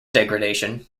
degradation